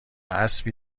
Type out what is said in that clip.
اسبی